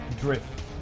drift